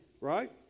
Right